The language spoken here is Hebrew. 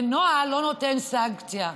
ונוהל לא נותן סנקציה.